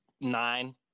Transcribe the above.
nine